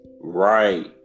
right